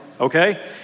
Okay